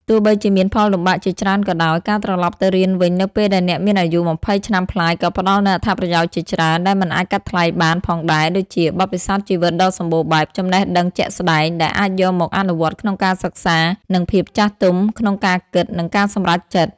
ទោះបីជាមានផលលំបាកជាច្រើនក៏ដោយ ការត្រឡប់ទៅរៀនវិញនៅពេលដែលអ្នកមានអាយុ ២០ ឆ្នាំប្លាយក៏ផ្តល់នូវ អត្ថប្រយោជន៍ជាច្រើន ដែលមិនអាចកាត់ថ្លៃបានផងដែរ ដូចជា បទពិសោធន៍ជីវិតដ៏សម្បូរបែប ចំណេះដឹងជាក់ស្តែង ដែលអាចយកមកអនុវត្តក្នុងការសិក្សា និង ភាពចាស់ទុំក្នុងការគិត និងការសម្រេចចិត្ត។